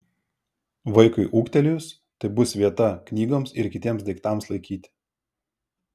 vaikui ūgtelėjus tai bus vieta knygoms ir kitiems daiktams laikyti